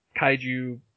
Kaiju